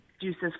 juices